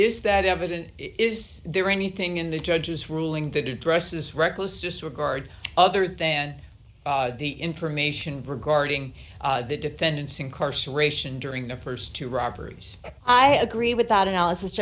is that evidence is there anything in the judge's ruling that addresses reckless disregard other than the information regarding the defendant's incarceration during the st two robberies i agree with that analysis